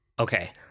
Okay